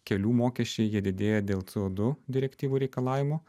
kelių mokesčiai jie didėja dėl co du direktyvų reikalavimų